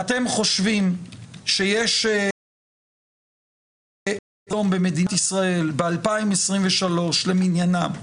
ואתם חושבים שיש אפשרות היום במדינת ישראל ב-2023 למניינם,